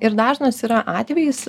ir dažnas yra atvejis